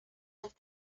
have